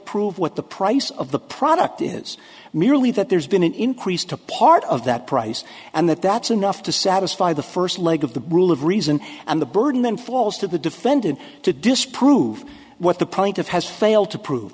prove what the price of the product is merely that there's been an increase to part of that price and that that's enough to satisfy the first leg of the rule of reason and the burden then falls to the defendant to disprove what the plaintiff has failed to prove